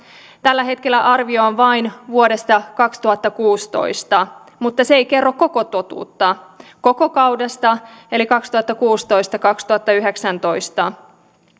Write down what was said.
tällä hetkellä arvio on vain vuodesta kaksituhattakuusitoista mutta se ei kerro koko totuutta koko kaudesta kaksituhattakuusitoista viiva kaksituhattayhdeksäntoista